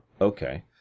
Okay